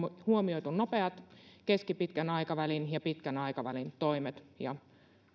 huomioitu nopeat keskipitkän aikavälin ja pitkän aikavälin toimet ja